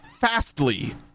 Fastly